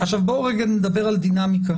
עכשיו בואו נדבר על דינמיקה.